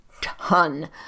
ton